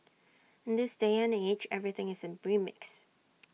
in this day and age everything is A remix